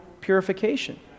purification